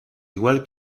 igual